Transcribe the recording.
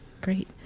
Great